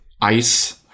ice